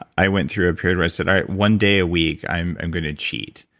i went through a period where i said, all right, one day a week, i'm i'm going to cheat,